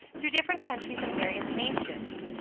through different countries and various nations,